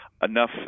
enough